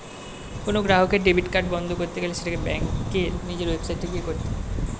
কোনো গ্রাহকের debit card বন্ধ করতে গেলে সেটাকে ব্যাঙ্কের নিজের ওয়েবসাইটে গিয়ে করতে হয়ে